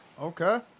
Okay